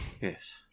Yes